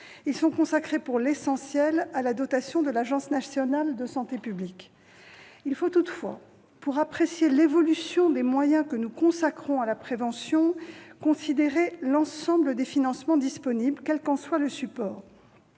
ils sont consacrés, pour l'essentiel, à la dotation de l'Agence nationale de santé publique. Il faut toutefois, pour apprécier l'évolution des moyens que nous consacrons à la prévention, considérer l'ensemble des financements disponibles, quel qu'en soit le support.